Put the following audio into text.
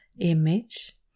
Image